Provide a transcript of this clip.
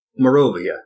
Morovia